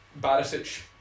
Barisic